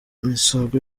misago